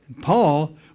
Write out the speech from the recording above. Paul